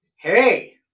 Hey